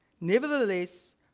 Nevertheless